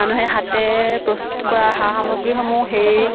মানুহে হাতে প্ৰস্তুত কৰা সা সামগ্ৰীসমূহ সেই